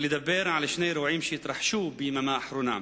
לדבר על שני אירועים שהתרחשו ביממה האחרונה.